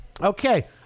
okay